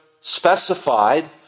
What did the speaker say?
specified